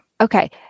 Okay